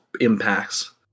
impacts